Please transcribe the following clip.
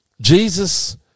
Jesus